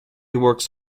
works